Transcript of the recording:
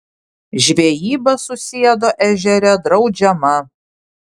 žvejyba susiedo ežere draudžiama